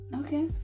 okay